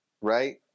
right